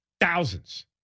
thousands